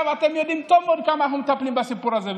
אתם יודעים טוב מאוד כמה אנחנו מטפלים בסיפור הזה.